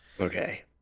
Okay